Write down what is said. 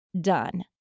done